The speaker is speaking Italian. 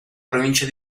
provincia